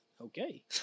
Okay